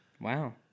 Wow